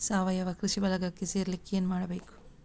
ಸಾವಯವ ಕೃಷಿ ಬಳಗಕ್ಕೆ ಸೇರ್ಲಿಕ್ಕೆ ಏನು ಮಾಡ್ಬೇಕು?